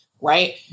right